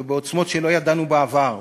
ובעוצמות שלא היו בעבר,